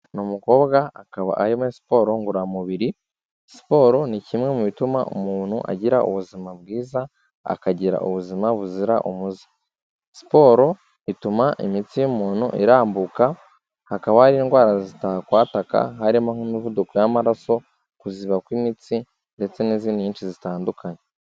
Ni umukobwa akaba ari muri siporo ngororamubiri, siporo ni kimwe mu bituma umuntu agira ubuzima bwiza, akagira ubuzima buzira umuze, siporo ituma imitsi y'umuntu irambuka, hakaba hari indwara zitakwataka, harimo nk'umuvuduko w'amaraso, kuziba kw'imitsi, ndetse n'izindi nyinshi zitandukanye.